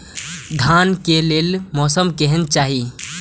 धान के लेल मौसम केहन चाहि?